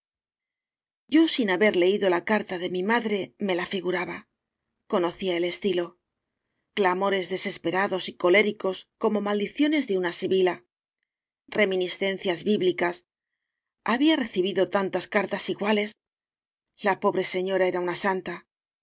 yo sin haber leído la carta de mi madre me la figuraba conocía el estilo clamores desesperados y coléricos como maldiciones de una sibila reminiscencias bíblicas ha bía recibido tantas cartas iguales la pobre señora era una santa